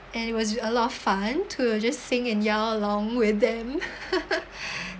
and it was a lot of fun to just sing and yell along with them